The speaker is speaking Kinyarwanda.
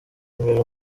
imbere